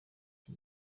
iki